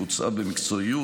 בוצעה במקצועיות,